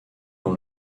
dans